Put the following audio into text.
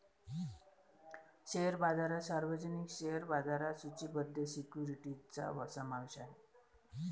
share बाजारात सार्वजनिक share बाजारात सूचीबद्ध सिक्युरिटीजचा समावेश आहे